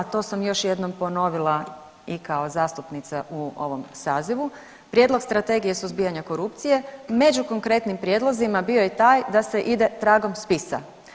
to sam još jednom ponovila i kao zastupnica u ovom sazivu prijedlog Strategije suzbijanja korupcije, među konkretnim prijedlozima bio je taj da se ide tragom spisa.